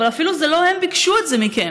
אבל זה אפילו לא הם שביקשו את זה מכם.